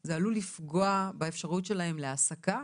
זה עלול לפגוע באפשרות שלהם להעסקה?